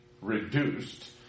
reduced